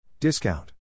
Discount